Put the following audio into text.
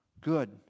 Good